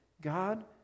God